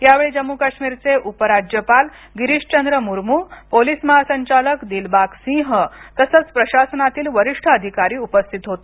यावेळी जम्मू काश्मीरचे उपराज्यपाल गिरीश चंद्र मुरमू पोलीस महासंचालक दिलबाग सिंह तसच प्रशासनातील वरिष्ठ अधिकारी उपस्थित होते